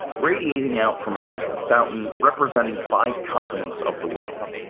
radiating out from a central fountain, representing five continents of the world.